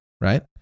right